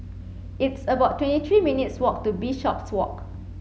it's about twenty three minutes' walk to Bishopswalk